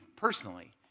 Personally